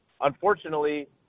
Unfortunately